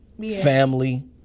family